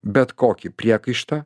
bet kokį priekaištą